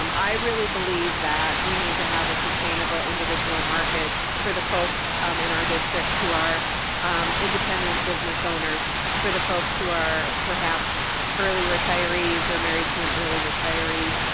um i really believe that we need to have a sustainable individual market for the folks um in our districts who are independent business owners for the folks who are perhaps early retirees were married to an early retiree.